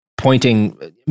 Pointing